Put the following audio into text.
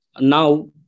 now